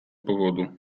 powodu